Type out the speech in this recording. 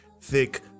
Thick